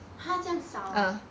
!huh! 这样少啊